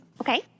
Okay